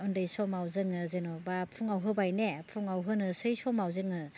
उन्दै समाव जोङो जेनेबा फुङाव होबाय ने फुङाव होनोसै समाव जोङो